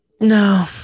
no